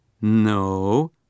No